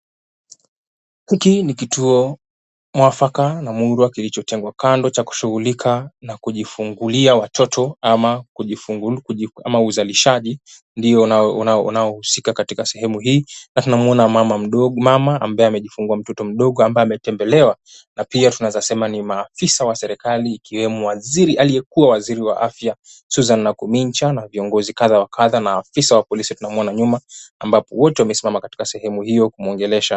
Hiki ni kituo mwafaka na murwa kilichotengwa kando cha kushughulika na kujifungulia watoto ama uzalishaji ndio unaohusika katika sehemu hii na tunamuona mama ambaye amejifungua mtoto mdogo ambaye ametembelewa na pia tunaweza sema ni maafisa wa serikali ikiwemo waziri aliyekuwa Waziri wa Afya, Susan Nakumicha na viongozi kadha wa kadha na afisa wa polisi tunamuona nyuma ambapo wote wamesimama katika sehemu hiyo kumwongelesha.